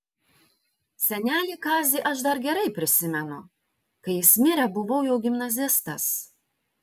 senelį kazį aš dar gerai prisimenu kai jis mirė buvau jau gimnazistas